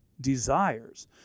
desires